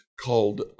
called